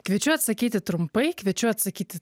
kviečiu atsakyti trumpai kviečiu atsakyti